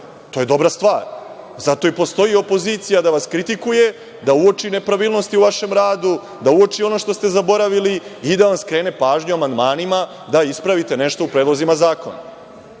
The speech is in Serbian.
To je dobra stvar. Zato i postoji opozicija, da vas kritikuje, da uoči nepravilnosti u vašem radu, da uoči ono što ste zaboravili i da vam skrene pažnju amandmanima da ispravite nešto u predlozima zakona.